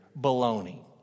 baloney